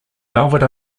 velvet